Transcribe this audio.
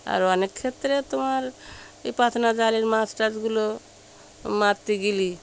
আর অনেক ক্ষেত্রে তোমার এই পাতলা জালের মাছ টাছগুলো মারতে গেলে